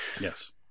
Yes